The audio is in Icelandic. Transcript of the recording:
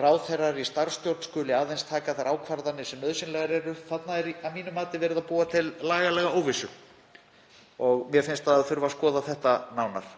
ráðherrar í starfsstjórn skuli aðeins taka þær ákvarðanir sem nauðsynlegar eru. Þarna er að mínu mati verið að búa til lagalega óvissu og mér finnst að skoða þurfi þetta nánar.